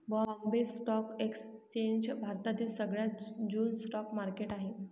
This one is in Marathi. बॉम्बे स्टॉक एक्सचेंज भारतातील सगळ्यात जुन स्टॉक मार्केट आहे